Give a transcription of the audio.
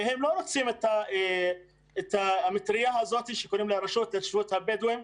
והם לא רוצים את המטריה הזאת שקוראים לה הרשות התיישבות הבדואים.